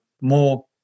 more